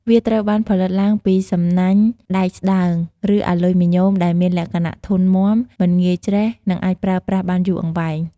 វាត្រូវបានផលិតឡើងពីសំណាញ់ដែកស្ដើង ឬអាលុយមីញ៉ូមដែលមានលក្ខណៈធន់មាំ មិនងាយច្រេះ និងអាចប្រើប្រាស់បានយូរអង្វែង។